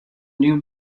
new